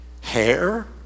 Hair